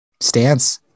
stance